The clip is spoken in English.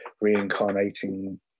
reincarnating